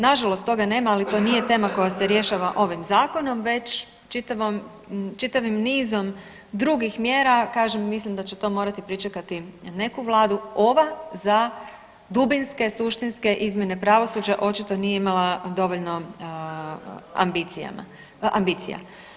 Nažalost toga nema, ali to nije tema koja se rješava ovim zakonom već čitavim nizom drugih mjera, kažem mislim da će to morati pričekati neku vladu ova za dubinske, suštinske izmjene pravosuđa očito nije imala dovoljno ambicija.